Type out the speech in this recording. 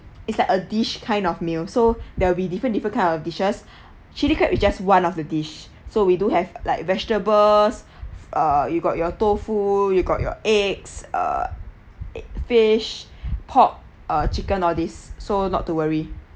it's like a dish kind of meal so there will be different different kind of dishes chilli crab is just one of the dish so we do have like vegetables uh you got your tofu you got your eggs err fish pork err chicken all these so not to worry